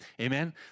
Amen